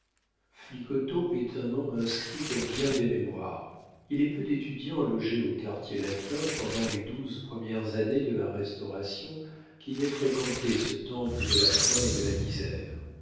flicoteaux est un nom inscrit dans bien des mémoires il est peu d'étudiants logés au quartier latin pendant les douze premières années de la restauration qui n'aient fréquenté ce temple de la faim et de la misère